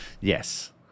Yes